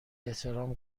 احترام